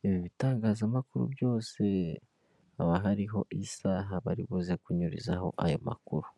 buri bitangazamakuru byose, haba hariho iyi saha bari buze kunyurizaho ayo makuru.